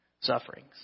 sufferings